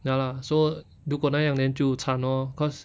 ya lah so 如果那样 then 就惨 lor cause